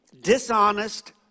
dishonest